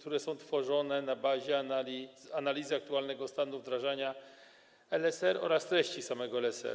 które są tworzone na bazie analizy aktualnego stanu wdrażania LSR oraz treści samego LSR.